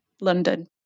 London